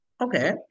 Okay